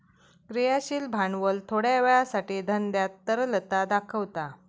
क्रियाशील भांडवल थोड्या वेळासाठी धंद्यात तरलता दाखवता